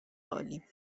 عالی